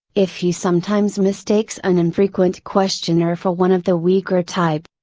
if he sometimes mistakes an infrequent questioner for one of the weaker type.